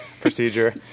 procedure